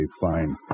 fine